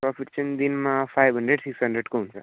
profit चाहिँ दिनमा five hundred six हन्ड्रेडको हुन्छ